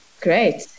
Great